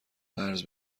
قرض